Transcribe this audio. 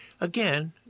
Again